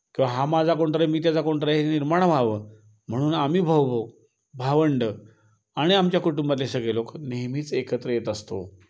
किंवा हा माझा कोणीतरी आहे मी त्याचा कोणीतरी आहे हे निर्माण व्हावं म्हणून आम्ही भाऊभाऊ भावंडं आणि आमच्या कुटुंबातले सगळे लोकं नेहमीच एकत्र येत असतो